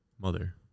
mother